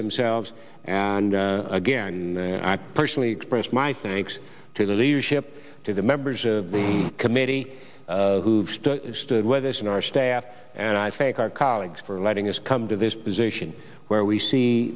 themselves and again i personally express my thanks to the leadership to the members of the committee who stood with us in our staff and i think our colleagues for letting us come to this position where we see